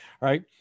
right